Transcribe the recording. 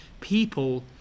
people